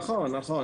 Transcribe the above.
נכון, נכון.